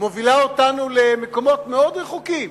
מוליכה אותנו למקומות מאוד רחוקים.